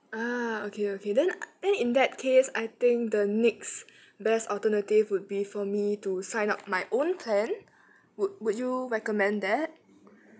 ah okay okay then then and in that case I think the next best alternative would be for me to sign up my own plan would would you recommend that